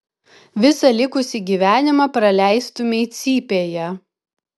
visą likusį gyvenimą praleistumei cypėje